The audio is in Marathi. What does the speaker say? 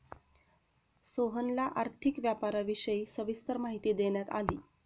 सोहनला आर्थिक व्यापाराविषयी सविस्तर माहिती देण्यात आली